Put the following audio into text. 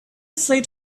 set